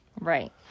Right